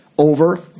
Over